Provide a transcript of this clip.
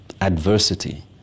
adversity